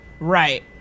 Right